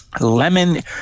Lemon